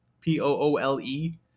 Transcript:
p-o-o-l-e